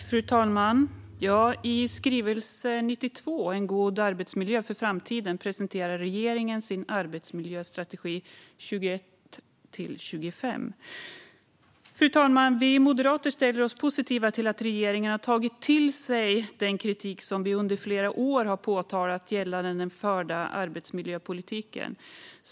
Fru talman! I skrivelse 92 om en god arbetsmiljö för framtiden presenterar regeringen sin arbetsmiljöstrategi för 2021-2025. Vi moderater ställer oss positiva till att regeringen har tagit till sig den kritik som vi under flera år har riktat mot den förda arbetsmiljöpolitiken.